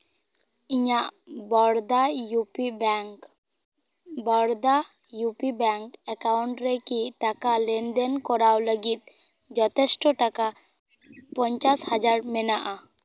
ᱤᱧᱟᱹᱜ Baroda U P bank Baroda U P ᱵᱮᱝᱠᱚ account ᱨᱮ ᱠᱤ ᱴᱟᱠᱟ ᱞᱮᱱᱫᱮᱱ ᱠᱚᱨᱟᱣ ᱞᱟᱹᱜᱤᱫ ᱡᱚᱛᱷᱮᱥᱴᱚ ᱴᱟᱠᱟ ᱯᱚᱧᱪᱟᱥ ᱦᱟᱡᱟᱨ ᱢᱮᱱᱟᱜᱼᱟ